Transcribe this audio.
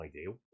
ideal